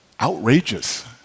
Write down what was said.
outrageous